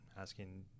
asking